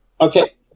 Okay